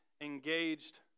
engaged